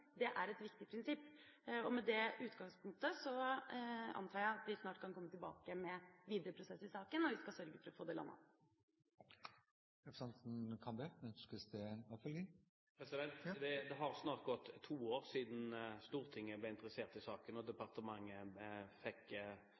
Det er et viktig prinsipp. Med det utgangspunktet antar jeg at vi snart kan komme tilbake med videre prosess i saken, og vi skal sørge for å få det landet. Det har snart gått to år siden Stortinget ble interessert i saken og departementet fikk